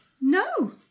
No